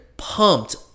pumped